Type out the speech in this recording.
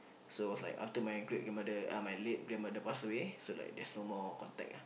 so was like after my great grandmother uh my late grandmother pass away so like there's no more contact lah